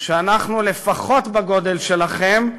שאנחנו לפחות בגודל שלכם,